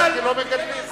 אדוני,